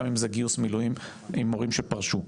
גם אם זה גיוס מילואים עם מורים שפרשו.